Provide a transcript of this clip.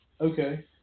Okay